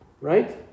Right